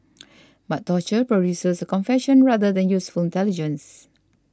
but torture produces a confession rather than useful intelligence